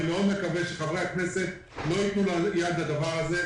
אני מקווה מאוד שחברי הכנסת לא יתנו יד לדבר הזה.